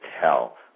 tell